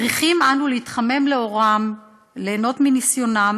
צריכים אנו להתחמם לאורם, ליהנות מניסיונם